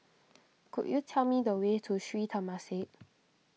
could you tell me the way to Sri Temasek